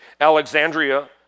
Alexandria